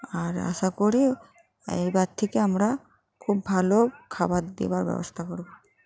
আর আশা করি এইবার থেকে আমরা খুব ভালো খাবার দেবার ব্যবস্থা করবো